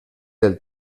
del